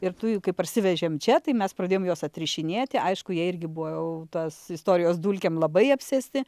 ir tų jų kai parsivežėm čia tai mes pradėjom juos atrišinėti aišku jie irgi buvo jau tas istorijos dulkėm labai apsėsti